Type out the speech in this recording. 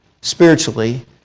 spiritually